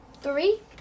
Three